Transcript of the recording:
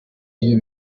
iyo